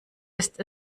ist